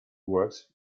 works